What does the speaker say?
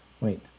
Wait